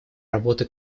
работы